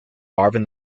marvin